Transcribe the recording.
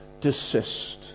desist